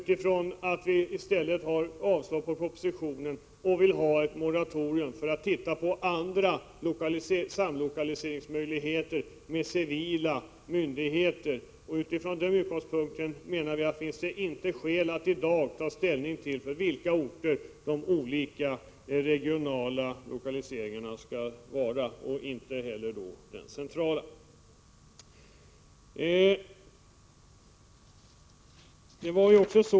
Vi vill i stället avslå propositionen och vill ha ett moratorium för att titta på andra samlokaliseringsmöjligheter, med civila myndigheter. Från den utgångspunkten menar vi att det inte finns skäl att i dag ta ställning i frågan om Iokaliseringsorter.